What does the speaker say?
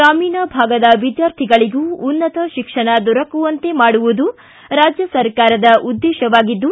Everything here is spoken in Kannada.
ಗ್ರಾಮೀಣ ಭಾಗದ ವಿದ್ಯಾರ್ಥಿಗಳಿಗೂ ಉನ್ನತ ಶಿಕ್ಷಣ ದೊರಕುವಂತೆ ಮಾಡುವುದು ರಾಜ್ಯ ಸರ್ಕಾರದ ಉದ್ದೇಶವಾಗಿದ್ದು